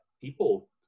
People